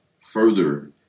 further